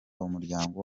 umuryango